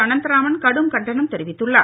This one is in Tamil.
அனந்தராமன் கடும் கண்டனம் தெரிவித்துள்ளார்